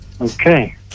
Okay